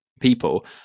people